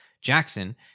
Jackson